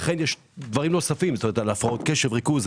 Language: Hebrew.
ויש דברים נוספים הפרעות קשב וריכוז.